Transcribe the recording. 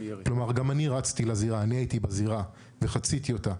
גם אני רצתי לזירה, הייתי בזירה וחציתי אותה.